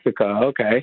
okay